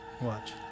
Watch